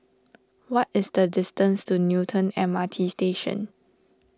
what is the distance to Newton M R T Station